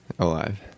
Alive